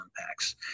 impacts